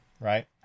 right